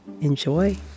enjoy